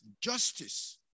justice